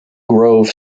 grove